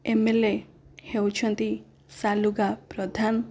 MLA ହେଉଛନ୍ତି ସାଲୁକା ପ୍ରଧାନ